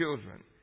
children